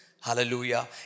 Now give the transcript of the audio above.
Hallelujah